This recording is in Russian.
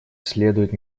следует